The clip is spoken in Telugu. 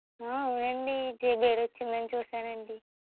అవునండీ జె బెయిల్ వచ్చిందని చూశానండి